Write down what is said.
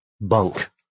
bunk